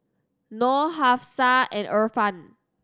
Nor Hafsa and Irfan